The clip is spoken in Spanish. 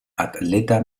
atleta